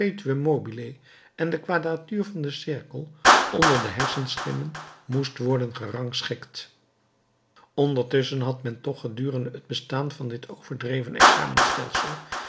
en de quadratuur van den cirkel onder de hersenschimmen moest worden gerangschikt ondertusschen had men toch gedurende het bestaan van dit overdreven